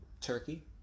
Turkey